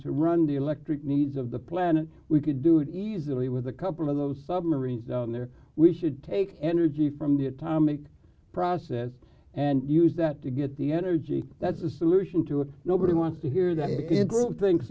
to run the electric needs of the planet we could do it easily with a couple of those submarines down there we should take energy from the atomic process and use that to get the energy that's the solution to it nobody wants to hear that it grow think